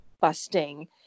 busting